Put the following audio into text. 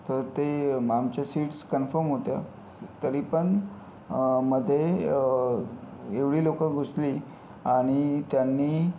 तर ते आमच्या सीट्स कन्फर्म होत्या तरीपण मध्ये एवढी लोकं घुसली आणि त्यांनी